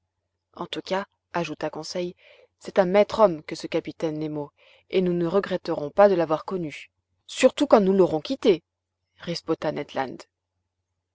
en tout cas ajouta conseil c'est un maître homme que ce capitaine nemo et nous ne regretterons pas de l'avoir connu surtout quand nous l'aurons quitté riposta ned land